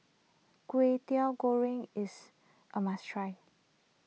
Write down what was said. Kway Teow Goreng is a must try